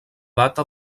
data